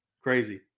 Crazy